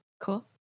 Cool